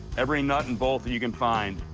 every nut and bolt that you can find.